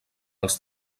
els